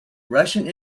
russian